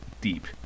deep